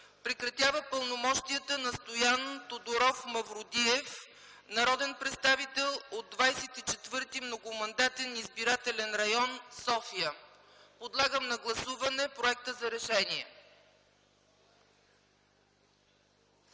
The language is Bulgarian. Прекратява пълномощията на Стоян Тодоров Мавродиев – народен представител от 24.многомандатен избирателен район – София.” Подлагам на гласуване проекта за решение.